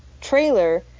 trailer